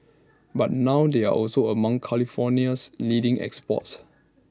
but now they are also among California's leading exports